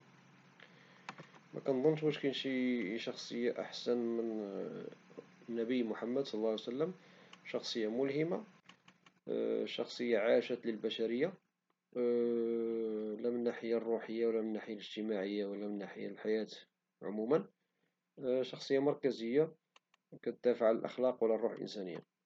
مكنظنش واش كيان شي شخصية احسن من شخصية النبي محمد، شخصية ملهمة، شخصية عاشت للبشرية لا من الناحية الروحية ولا من الناحية الاجتماعية ولا من ناحية الحياة عموما، شخصية مركزية كتدافع على الأخلاق وعلى الروح الإنسانية.